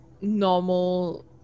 normal